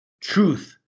Truth